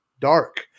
dark